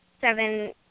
seven